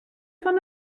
fan